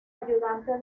ayudante